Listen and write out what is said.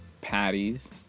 patties